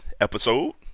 episode